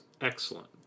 excellent